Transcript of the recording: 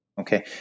Okay